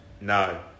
No